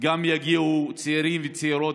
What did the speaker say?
יגיעו גם צעירים וצעירות,